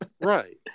Right